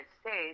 States